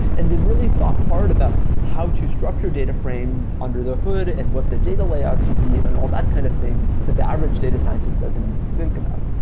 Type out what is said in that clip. and they've really thought hard about how to structure data frames under the hood and what the data layout should be and all that kind of thing that the average data scientist doesn't think about.